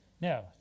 Now